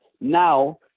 now